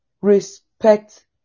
respect